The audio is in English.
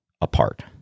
apart